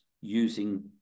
using